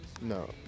No